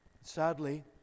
Sadly